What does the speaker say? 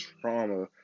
trauma